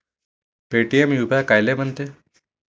Paytm UPI कायले म्हनते?